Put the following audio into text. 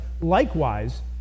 Likewise